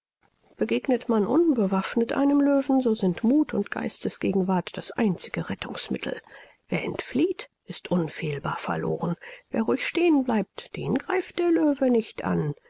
begegnet man unbewaffnet einem löwen so sind muth und geistesgegenwart das einzige rettungsmittel wer entflieht ist unfehlbar verloren wer ruhig stehen bleibt den greift der löwe nicht an